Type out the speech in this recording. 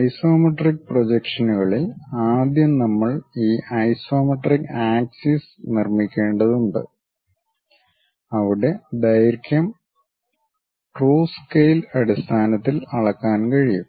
isometric പ്രൊജക്ഷനുകളിൽ ആദ്യം നമ്മൾ ഈ ഐസോമെട്രിക് ആക്സിസ് നിർമ്മിക്കേണ്ടതുണ്ട് അവിടെ ദൈർഘ്യം ട്രൂ സ്കെയിൽ അടിസ്ഥാനത്തിൽ അളക്കാൻ കഴിയും